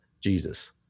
Jesus